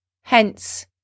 Hence